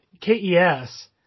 K-E-S